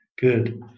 good